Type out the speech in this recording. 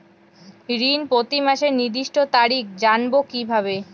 ঋণ প্রতিমাসের নির্দিষ্ট তারিখ জানবো কিভাবে?